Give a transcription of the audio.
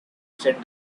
said